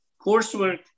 coursework